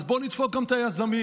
אז בואו נדפוק גם את היזמים,